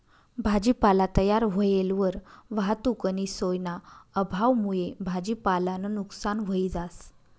भाजीपाला तयार व्हयेलवर वाहतुकनी सोयना अभावमुये भाजीपालानं नुकसान व्हयी जास